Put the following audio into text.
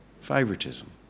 favoritism